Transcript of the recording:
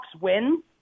win